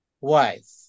wife